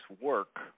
work